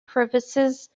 crevices